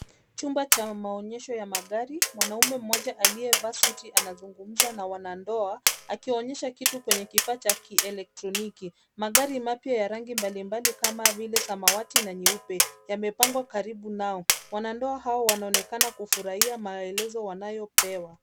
Chumba cha maonyesho ya magari. Mwanamme mmoja aliye vaa suti anazungumza na wanandoa akiwa onyesha kitu kwenye kifaa cha kielektroniki. Magari mapya ya rangi mbali mbali kama vile samawati na nyeupe yamepangwa karibu nao. Wanandoa hawa wanaonekana kufurahia maelezo wanayopewa.